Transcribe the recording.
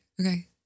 Okay